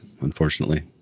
Unfortunately